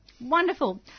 Wonderful